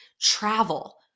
travel